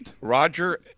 Roger